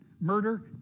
Murder